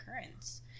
occurrence